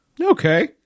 Okay